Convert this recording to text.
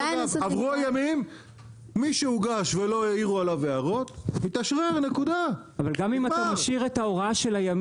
עברו הימים מי שהוגש ולא העירו עליו הערות התאשרר הוועדה שהייתה